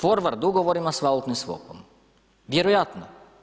Forward ugovorima s valutnim swap-om, vjerojatno.